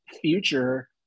future